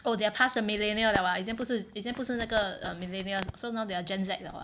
oh they are past the millennial liao ah 以前不是以前不是那个 millenial so now they are gen Z liao ah